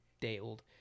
day-old